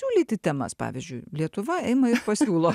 siūlyti temas pavyzdžiui lietuva ima ir pasiūlo